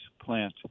plant